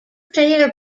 player